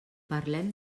parlem